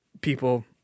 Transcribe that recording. people